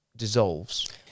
dissolves